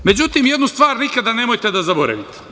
Međutim, jednu stvar nikada nemojte da zaboravite.